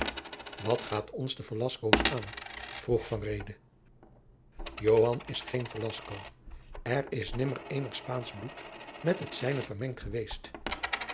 wat gaan ons de velascoos aan vroeg van reede joan is geen velasco er is nimmer eenig spaansch bloed met het zijne vermengd geweest